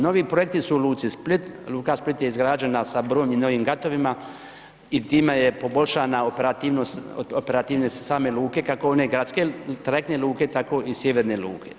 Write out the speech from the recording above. Novi projekti su u luci Split, luka Split je izgrađena sa brojnim novim gatovima i time je poboljšana operativnost, operativnost same luke kako one gradske, trajektne luke tako i sjeverne luke.